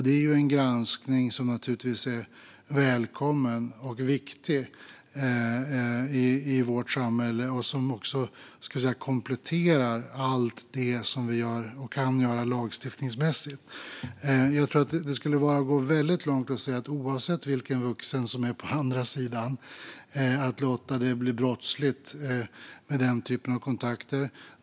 Det är en granskning som naturligtvis är välkommen och viktig i vårt samhälle och som kompletterar allt det vi gör och kan göra lagstiftningsmässigt. Jag tror dock att det skulle vara att gå väldigt långt att låta det bli brottsligt med denna typ av kontakter oavsett vilken vuxen som är på den andra sidan.